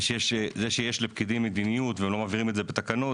זה שיש לפקידים מדיניות ולא מעבירים את זה בתקנות,